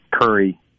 Curry